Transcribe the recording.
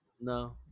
no